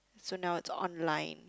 so now it's online